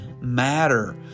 matter